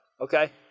Okay